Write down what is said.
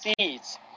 seeds